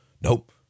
nope